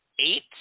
eight